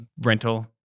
rental